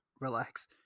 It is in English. relax